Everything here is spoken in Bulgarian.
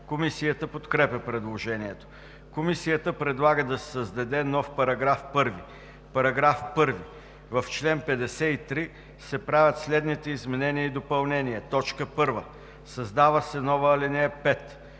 Комисията подкрепя предложението. Комисията предлага да се създаде нов § 1: „§ 1. В чл. 53 се правят следните изменения и допълнения: 1. Създава се нова ал. 5: